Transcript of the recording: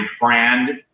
brand